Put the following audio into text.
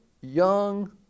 young